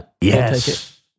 Yes